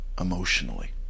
Emotionally